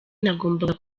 nagombaga